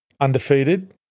undefeated